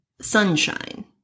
Sunshine